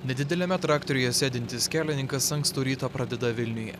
nedideliame traktoriuje sėdintis kelininkas ankstų rytą pradeda vilniuje